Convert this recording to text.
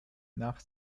nach